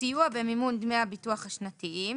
סיוע במימון דמי הביטוח השנתיים.